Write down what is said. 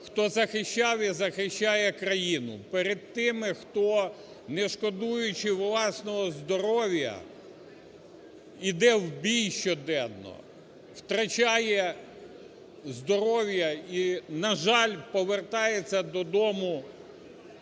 хто захищав і захищає країну, перед тими, хто, не шкодуючи власного здоров'я, іде в бій щоденно, втрачає здоров'я і, на жаль, повертається додому